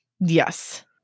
Yes